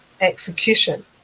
execution